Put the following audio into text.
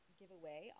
giveaway